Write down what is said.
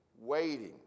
waiting